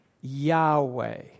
Yahweh